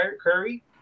Curry